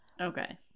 okay